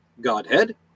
Godhead